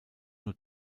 nur